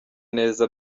neza